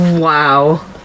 wow